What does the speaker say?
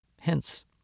Hence